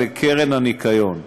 לקרן הניקיון.